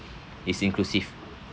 it's inclusive